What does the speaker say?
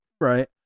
Right